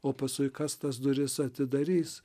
o paskui kas tas duris atidarys